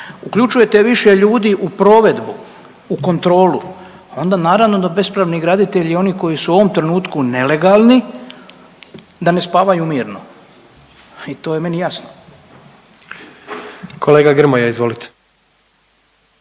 uključujete više ljudi u provedbu, u kontrolu, onda naravno da bespravni graditelji i oni koji su u ovom trenutku nelegalni da ne spavaju mirno i to je meni jasno. **Jandroković,